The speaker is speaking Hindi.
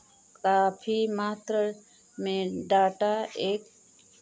काफी मात्र में डाटा एक